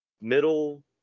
middle